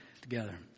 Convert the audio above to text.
together